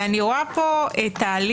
ואני רואה פה תהליך